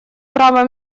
права